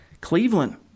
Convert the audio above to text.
Cleveland